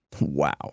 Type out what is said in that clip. Wow